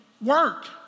work